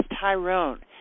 Tyrone